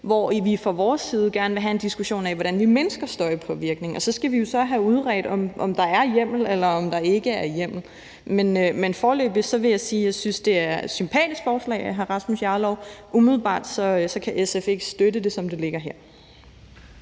hvor vi fra vores side gerne vil have en diskussion af, hvordan vi mindsker støjpåvirkningen. Og så skal vi jo så have udredt, om der er hjemmel, eller om der ikke er hjemmel. Men foreløbig vil jeg sige, at jeg synes, at det er et sympatisk forslag af hr. Rasmus Jarlov, men umiddelbart kan SF ikke støtte det, som det ligger her.